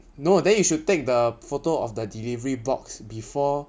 no then you should take the photo of the delivery box before